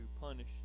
punish